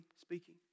speaking